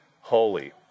holy